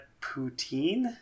Poutine